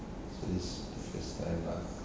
so this is my first time lah